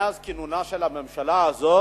מאז כינונה של הממשלה הזאת,